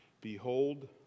Behold